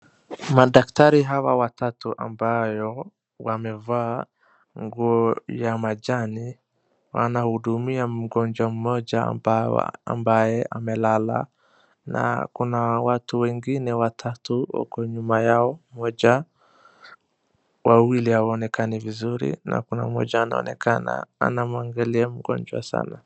Madaktari hawa watatu ambayo wamevaa nguo ya majani, wanahudumia mgonjwa mmoja ambaye amelala na kuna watu wengine watatu wako nyuma yao mmoja, wawili hawaonekani vizuri na kuna mmoja anaonekana anamwangalia mgonjwa sana.